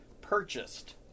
purchased